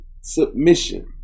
Submission